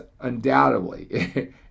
undoubtedly